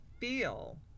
feel